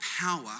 power